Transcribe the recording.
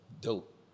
Dope